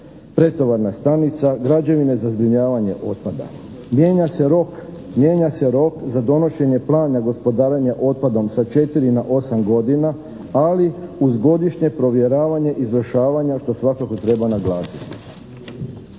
pretovarna stanica, građevine za zbrinjavanje otpada. Mijenja se rok za donošenje plana gospodarenja otpadom sa četiri na osam godina, ali uz godišnje provjeravanje izvršavanja, što svakako treba naglasiti.